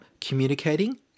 communicating